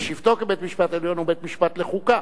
בשבתו כבית-משפט העליון, הוא בית-משפט לחוקה,